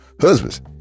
husbands